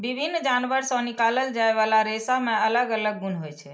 विभिन्न जानवर सं निकालल जाइ बला रेशा मे अलग अलग गुण होइ छै